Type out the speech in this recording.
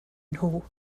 nhw